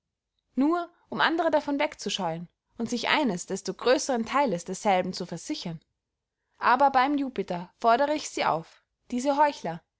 nur um andere davon wegzuscheuhen und sich eines desto größern theiles derselben zu versichern aber beym jupiter fordere ich sie auf diese heuchler